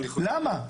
למה?